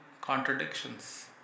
contradictions